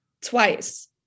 twice